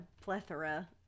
plethora